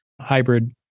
hybrid